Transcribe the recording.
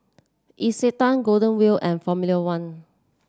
Isetan Golden Wheel and Formula One